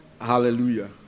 Hallelujah